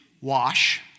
Wash